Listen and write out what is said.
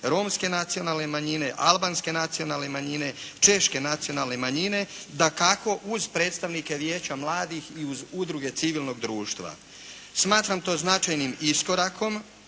romske nacionalne manjine, albanske nacionalne manjine, češke nacionalne manjine, dakako uz predstavnike Vijeća mladih i uz udruge civilnog društva. Smatram to značajnim iskorakom.